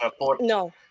No